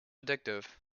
addictive